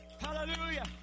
Hallelujah